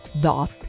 dot